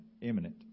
Imminent